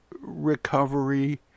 recovery